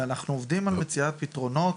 אנחנו עובדים על מציאת פתרונות,